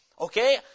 Okay